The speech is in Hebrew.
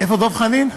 איפה דב חנין?